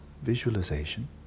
visualization